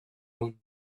own